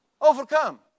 overcome